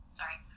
sorry